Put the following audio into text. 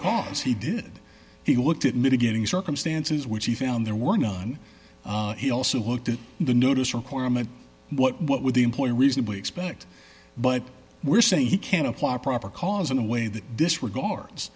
cause he did he looked at mitigating circumstances which he found there were none he also looked at the notice requirement what what would the employer reasonably expect but we're saying he can apply proper cause in a way that disregards